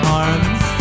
arms